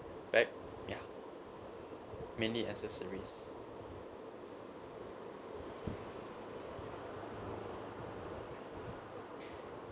bag ya mainly accessories